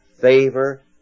favor